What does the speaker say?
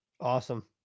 Awesome